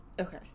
okay